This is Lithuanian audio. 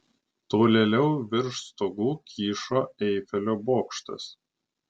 tolėliau virš stogų kyšo eifelio bokštas